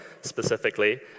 specifically